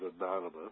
anonymous